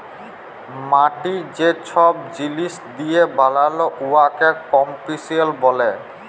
মাটি যে ছব জিলিস দিঁয়ে বালাল উয়াকে কম্পসিশল ব্যলে